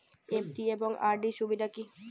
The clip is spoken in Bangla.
এফ.ডি এবং আর.ডি এর সুবিধা কী?